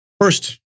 First